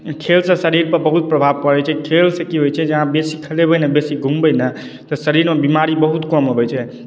खेलसँ शरीर पर बहुत प्रभाव परै छै खेल से की होइ छै अहाँ बेसी खेलेबै ने बेसी घूमबै ने तऽ शरीर मे बीमारी बहुत कम अबै छै